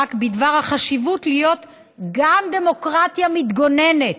ברק בדבר החשיבות להיות גם דמוקרטיה מתגוננת.